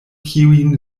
kiujn